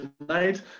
tonight